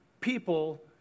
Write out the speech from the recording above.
people